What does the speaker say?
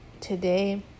today